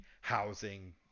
housing